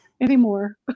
Anymore